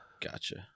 Gotcha